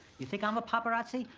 you think i'm a paparazzi,